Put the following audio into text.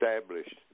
established